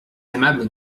aimable